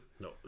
No